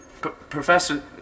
Professor